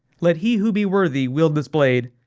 let he who be worthy wield this blade.